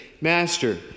Master